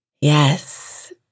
Yes